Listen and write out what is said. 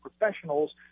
professionals